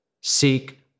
seek